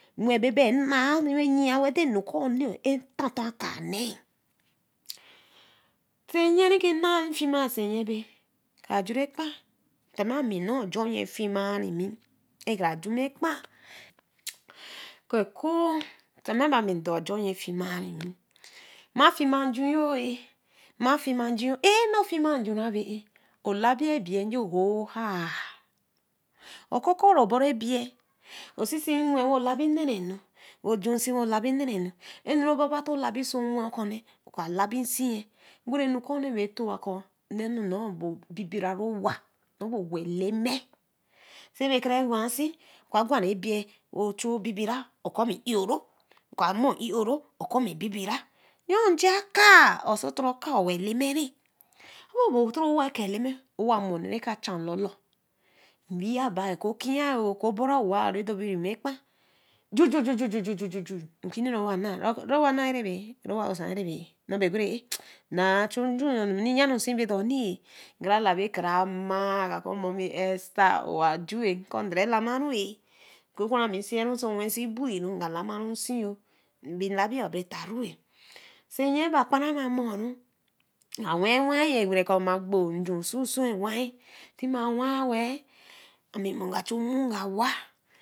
Wen be bi ana we yii si nukuni ɛh tortor akaa nee sa nyii reke naa re fiima sa nyii be ka juu rekpe tima ami nor jornyi fiima mi we ka ju ma ɛkpa ku ɛkwa tima ba mi dor ajor nyi fiima-ɛh mar fiima nju-ɛh ma fiima nju aa naa re fiima nju be ‘ae’ labii ebii ngor o'h haa okukuru orobi ɛbii osi si wea wo labi naraay ɛnu reke obaba to labi oso wea oka labi nsi-ga nukuui-ɛh be towii ka na-ɛh nor be bibiri owa nor be owa ɛcwe si kere wah si ɛka gwe ɛbii we chu ɛbibira oka mi ɛ'roro oka mo ɛ-ororo oku ma bibira yo nji aka a ‘oi si tori aka owa ɛceme-ne sa be a ‘o bor tro a akaa owa elere tiwa mo onee reke ja lolo nwii ba oku kwi ka oboruwa owa mo nee reke ja lolor re dorbi mi kpa ju juu nukine rewa naa rewa naa ɛɛa wa be aɛa-a rewa usa be aɛ nnor be ogori ae naa chu njuu reya nisi bodini kra labi kia maa ku mummy ɛstter ona juu-ɛh nga ku dori lamii ku kru remi si oso we si bui nga tamae nsi-yo be labi abe ta si yii be kpara amo-ɛh nga waɛweyi tima waa wee gberi ka ma gbo nju soi so ewaa ami momo nga chu nmo wi ga wã